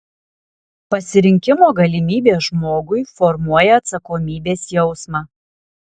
pasirinkimo galimybė žmogui formuoja atsakomybės jausmą